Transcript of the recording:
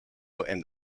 and